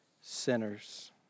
sinners